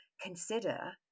consider